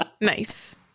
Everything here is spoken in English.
Nice